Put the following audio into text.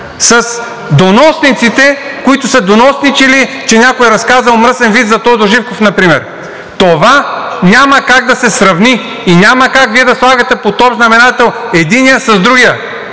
с доносниците, които са доносничили, че някой е разказал мръсен виц за Тодор Живков например, това няма как да се сравни и няма как Вие да слагате под общ знаменател единия с другия.